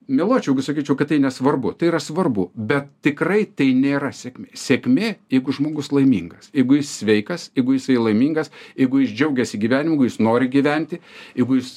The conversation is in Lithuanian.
meluočiau jeigu sakyčiau kad tai nesvarbu tai yra svarbu bet tikrai tai nėra sėkmė sėkmė jeigu žmogus laimingas jeigu jis sveikas jeigu jisai laimingas jeigu jis džiaugiasi gyvenimu jis nori gyventi jeigu jis